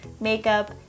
makeup